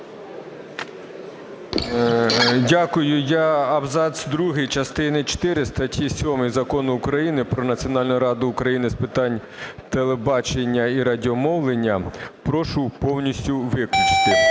Дякую. Я абзац другий частини чотири статті 7 Закону України "Про Національну Раду України з питань телебачення і радіомовлення" прошу повністю виключити.